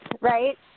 right